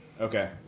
Okay